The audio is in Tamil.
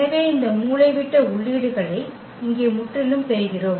எனவே இந்த மூலைவிட்ட உள்ளீடுகளை இங்கே முற்றிலும் பெறுகிறோம் 2 2 8